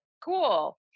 cool